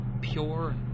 pure